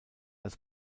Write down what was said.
als